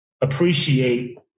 appreciate